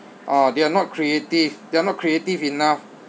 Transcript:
uh they are not creative they are not creative enough